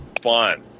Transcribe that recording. fun